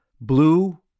blue